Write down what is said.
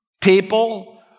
People